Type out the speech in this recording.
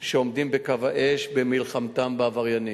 שעומדים בקו האש במלחמתם בעבריינים.